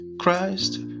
Christ